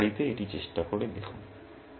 সুতরাং বাড়িতে এটি চেষ্টা করে দেখুন